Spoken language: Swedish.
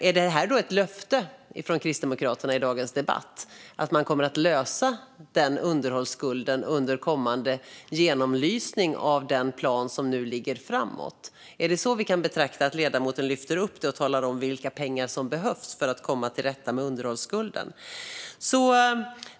Är det ett löfte från Kristdemokraterna i dagens debatt att man kommer att lösa den underhållsskulden under kommande genomlysning av planen som gäller framåt? Är det så vi kan betrakta det ledamoten säger om vilka pengar som behövs för att komma till rätta med underhållsskulden?